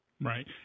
Right